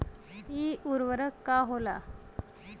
इ उर्वरक का होला?